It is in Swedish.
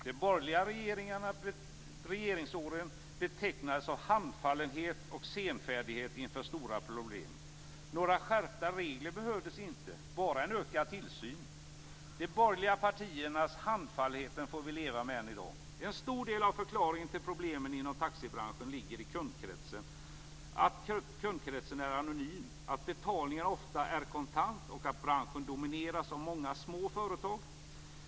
De borgerliga regeringsåren betecknades av handfallenhet och senfärdighet inför de stora problemen. Några skärpta regler behövdes inte, bara en ökad tillsyn. De borgerliga partiernas handfallenhet får vi leva med än i dag. En stor del av förklaringen till problemen inom taxibranschen ligger i att kundkretsen är anonym, att betalningen ofta sker kontant och att branschen domineras av många små företag.